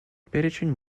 перечень